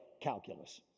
calculus